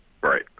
Right